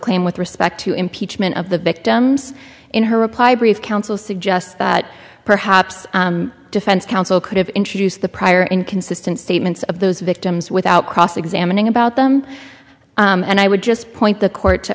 claim with respect to impeachment of the victims in her reply brief counsel suggests that perhaps defense counsel could have introduced the prior inconsistent statements of those victims without cross examining about them and i would just point the court